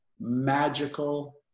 magical